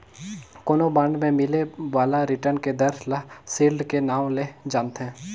कोनो बांड मे मिले बाला रिटर्न के दर ल सील्ड के नांव ले जानथें